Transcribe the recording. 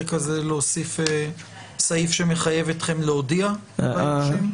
כזה להוסיף סעיף שמחייב אתכם להודיע ליורשים?